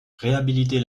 réhabiliter